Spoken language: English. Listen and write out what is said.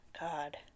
God